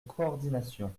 coordination